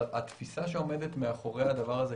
אבל התפיסה שעומדת מאחורי הדבר הזה,